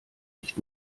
nicht